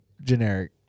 generic